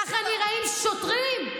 ככה נראים שוטרים?